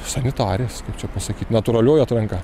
sanitarės kaip čia pasakyt natūralioji atranka